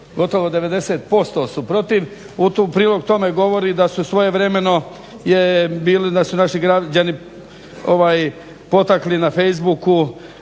gotovo 90% su protiv. U prilog tome govori da su svojevremeno naši građani potakli na Facebooku,